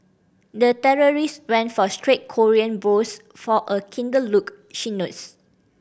the terrorist went for straight Korean brows for a kinder look she notes